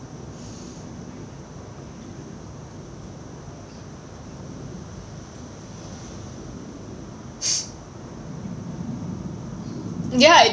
ya it